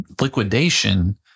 liquidation